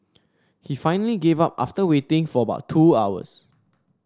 he finally gave up after waiting for about two hours